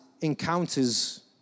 encounters